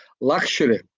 luxury